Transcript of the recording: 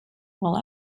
while